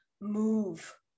move